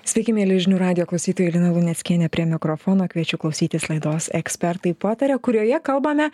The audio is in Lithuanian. sveiki mieli žinių radijo klausytojai lina luneckienė prie mikrofono kviečiu klausytis laidos ekspertai pataria kurioje kalbame